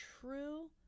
true